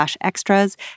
extras